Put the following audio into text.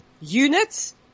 units